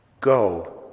Go